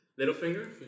Littlefinger